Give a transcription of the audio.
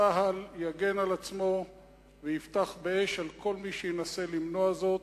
צה"ל יגן על עצמו ויפתח באש על כל מי שינסה למנוע זאת,